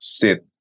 sit